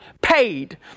paid